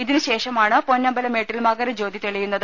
ഇതിന് ശേഷമാണ് പൊന്നമ്പലമേട്ടിൽ മകരജ്യോതി തെളിയുന്നത്